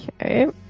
okay